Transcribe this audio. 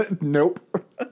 Nope